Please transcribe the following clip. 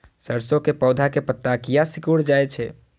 सरसों के पौधा के पत्ता किया सिकुड़ जाय छे?